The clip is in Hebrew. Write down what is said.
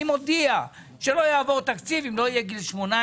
מודיע שלא יעבור תקציב אם לא יהיה גיל 18,